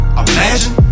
imagine